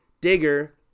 Digger